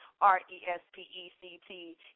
R-E-S-P-E-C-T